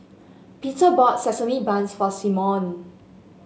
Peter bought sesame bangs for Simeon